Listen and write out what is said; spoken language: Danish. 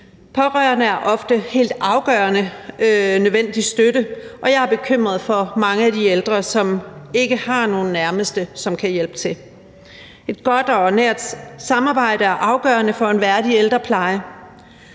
Pårørende er ofte en helt afgørende nødvendig støtte, og jeg er bekymret for mange af de ældre, som ikke har nogen nærmeste, som kan hjælpe til. Et godt og nært samarbejde er afgørende for en værdig ældrepleje.